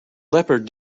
leopard